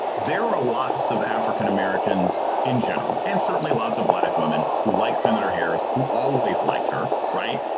there are ah lots of african-americans in general and certainly lots of black women who like senator harris, who always liked her. right.